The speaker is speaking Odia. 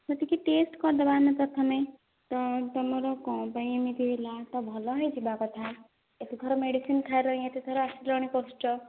ତ ଟିକେ ଟେଷ୍ଟ୍ କରିଦେବା ଆମେ ପ୍ରଥମେ ତମର କ'ଣ ପାଇଁ ଏମିତିଆ ହେଲା ତ ଭଲ ହେଇଯିବା କଥା ଏତେ ଥର ମେଡିସିନ୍ ଖାଇଲାଣି ଏତେ ଥର ଆସିଲାଣି କହୁଛ